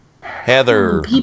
Heather